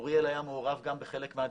אוריאל היה מעורב גם בחלק מהדברים,